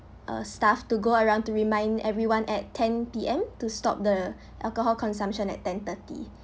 a staff to go around to remind everyone at ten P_M to stop the alcohol consumption at ten thirty